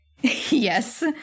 Yes